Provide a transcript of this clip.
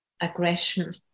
aggression